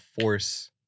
force